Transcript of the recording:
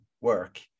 work